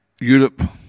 Europe